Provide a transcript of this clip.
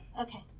Okay